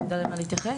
כדי שאדע למה להתייחס.